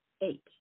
Eight